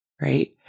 right